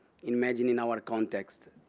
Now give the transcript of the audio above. imagine and our context.